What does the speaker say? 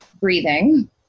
breathing